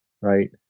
right